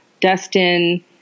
Dustin